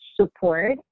support